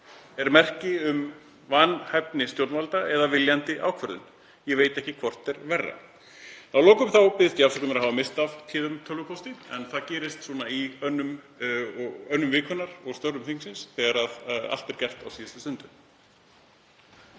er merki um vanhæfni stjórnvalda eða viljandi ákvörðun. Ég veit ekki hvort er verra. Að lokum biðst ég afsökunar á að hafa misst af téðum tölvupósti en það gerist í önnum vikunnar og störfum þingsins þegar allt er gert á síðustu stundu.